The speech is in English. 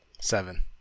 Seven